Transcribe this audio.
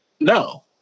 No